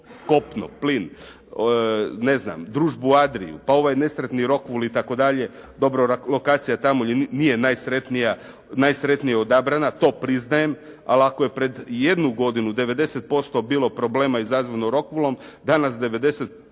kopno, plin, Družbu Adriu, pa ovaj nesretni Rockwool itd. Dobro, lokacija tamo nije najsretnije odabrana, to priznajem. Al' ako je prije jednu godinu 90% bilo problema izazvano Rockwoolom, danas 90%